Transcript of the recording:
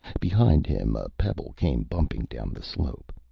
behind him, a pebble came bumping down the slope.